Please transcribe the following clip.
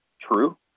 true